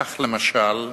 כך, למשל,